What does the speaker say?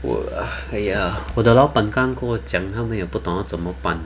work ah !aiya! 我的老板刚刚跟我讲他们也不懂 hor 怎么办